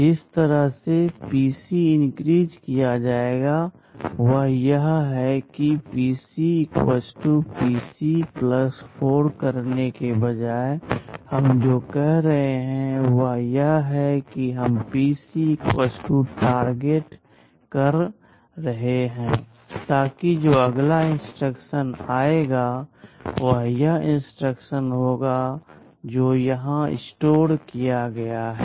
जिस तरह से पीसी बढ़ाया जाएगा वह यह है कि PC PC 4 करने के बजाय हम जो कह रहे हैं वह यह है कि हम PC Target कर रहे हैं ताकि जो अगला इंस्ट्रक्शन आएगा वह यह इंस्ट्रक्शन होगा जो यहां स्टोर किया गया है